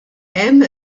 hemm